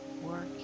Work